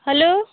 hello